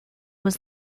was